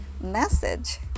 message